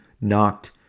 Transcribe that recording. knocked